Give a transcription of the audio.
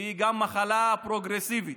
והיא גם מחלה פרוגרסיבית.